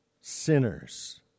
sinners